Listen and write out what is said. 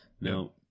No